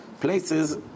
places